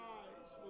eyes